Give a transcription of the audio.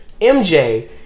MJ